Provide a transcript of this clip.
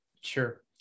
Sure